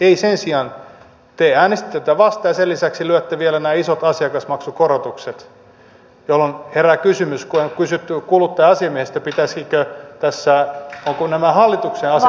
ei sen sijaan te äänestitte tätä vastaan ja sen lisäksi lyötte vielä nämä isot asiakasmaksukorotukset jolloin herää kysymys kun on kysytty kuluttaja asiamieheltä ovatko nämä hallituksen asiakasmaksukorotukset asiallisia